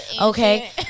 okay